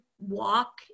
walk